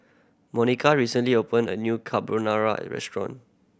Monika recently opened a new Carbonara Restaurant